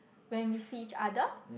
when we see each other